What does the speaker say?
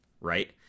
right